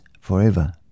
forever